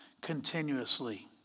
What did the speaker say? continuously